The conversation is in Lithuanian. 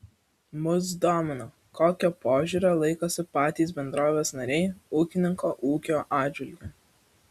mus domino kokio požiūrio laikosi patys bendrovės nariai ūkininko ūkio atžvilgiu